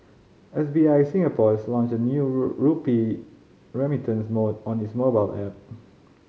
S B I Singapore has launched a new rupee remittance mode on its mobile app